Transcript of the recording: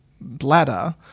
bladder